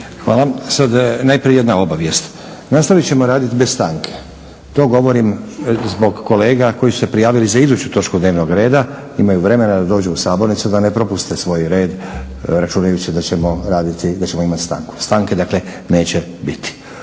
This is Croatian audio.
Hvala. Sad najprije jedna obavijest. Nastavit ćemo raditi bez stanke. To govorim zbog kolega koji su se prijavili za iduću točku dnevnog reda, imaju vremena da dođu u sabornicu, da ne propuste svoj red računajući da ćemo raditi, da ćemo imati stanku. Stanke dakle neće biti.